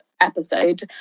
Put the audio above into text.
episode